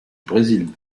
brésil